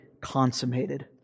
consummated